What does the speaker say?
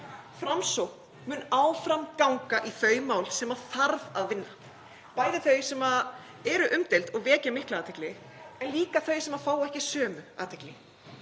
Framsókn mun áfram ganga í þau mál sem þarf að vinna, bæði þau sem eru umdeild og vekja mikla athygli en líka þau sem fá ekki sömu athygli.